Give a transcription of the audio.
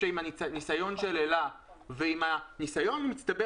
עם הניסיון של אל"ה ועם הניסיון המצטבר